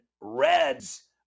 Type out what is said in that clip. Reds